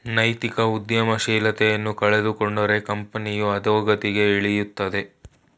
ನೈತಿಕ ಉದ್ಯಮಶೀಲತೆಯನ್ನು ಕಳೆದುಕೊಂಡರೆ ಕಂಪನಿಯು ಅದೋಗತಿಗೆ ಇಳಿಯುತ್ತದೆ